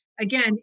again